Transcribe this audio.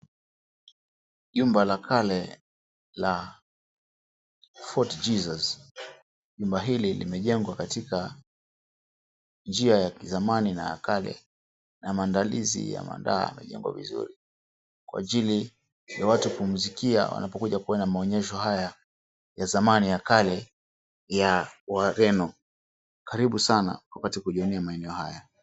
Jumba la kale la Fort Jesus. Jumba hili limejengwa katika njia ya kizamani na ya kale na maandalizi ya mandaa yako vizuri kwa ajili ya watu kupumzikia wanapokuja kuona maonyesho haya ya zamani ya kale ya wareno. Karibu sana ukapate kujionea maeneo haya.